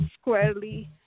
squarely